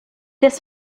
dès